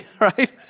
right